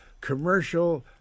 commercial